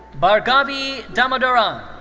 bhargavi damodaran.